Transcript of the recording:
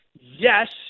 yes